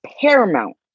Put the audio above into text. paramount